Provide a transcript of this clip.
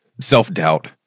Self-doubt